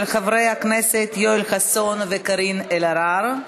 של חברי הכנסת יואל חסון וקארין אלהרר.